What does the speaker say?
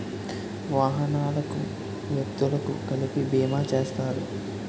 వాహనాలకు వ్యక్తులకు కలిపి బీమా చేస్తారు